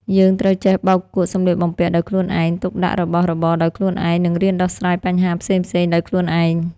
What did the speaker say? យើងត្រូវចេះបោកគក់សំលៀកបំពាក់ដោយខ្លួនឯង ទុកដាក់របស់របរដោយខ្លួនឯង និងរៀនដោះស្រាយបញ្ហាផ្សេងៗដោយខ្លួនឯង។